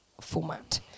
format